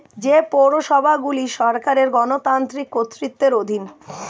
যে পৌরসভাগুলি সরকারের গণতান্ত্রিক কর্তৃত্বের অধীন